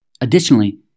Additionally